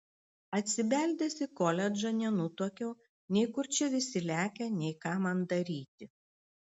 atsibeldęs į koledžą nenutuokiau nei kur čia visi lekia nei ką man daryti